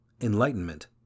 enlightenment